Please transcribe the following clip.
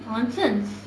nonsense